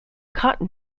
cotton